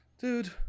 Dude